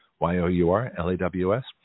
Y-O-U-R-L-A-W-S